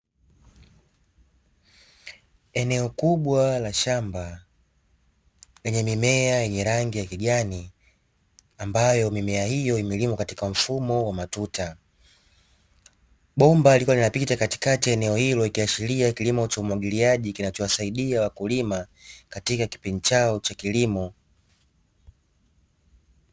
Eneo kubwa la shamba lenye mimea yenye rangi ya kijani ambayo mimea hiyo imelimwa katika mfumo wa matuta bomba, lililokuwa linapita katikati eneo hilo ikiashiria kilimo cha umwagiliaji kinachowasaidia wakulima katika kipindi chao cha kilimo.